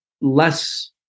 less